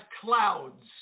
clouds